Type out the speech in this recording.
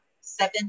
seven